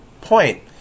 point